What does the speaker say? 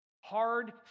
Hard